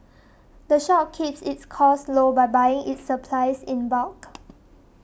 the shop keeps its costs low by buying its supplies in bulk